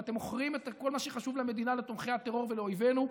ואתם מוכרים את כל מה שחשוב למדינה לתומכי הטרור ולאויבינו.